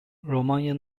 romanya